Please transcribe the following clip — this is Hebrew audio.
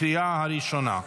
לקריאה הראשונה.